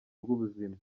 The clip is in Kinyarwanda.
rw’ubuzima